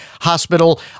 Hospital